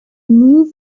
move